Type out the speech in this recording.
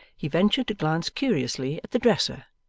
he ventured to glance curiously at the dresser,